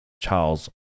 Charles